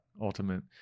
ultimate